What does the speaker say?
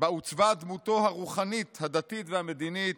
בה עוצבה דמותו הרוחנית, הדתית והמדינית,